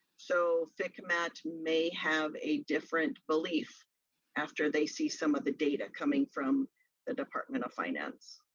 so fcmat may have a different belief after they see some of the data coming from the department of finance.